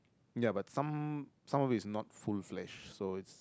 ya but some some of it is not full flesh so it's